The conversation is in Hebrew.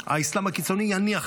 האסלאם הקיצוני יניח להם.